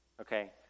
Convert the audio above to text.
okay